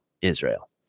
Israel